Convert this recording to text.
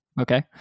Okay